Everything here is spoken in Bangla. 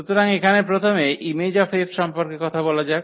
সুতরাং এখানে প্রথমে Im𝐹 সম্পর্কে কথা বলা যাক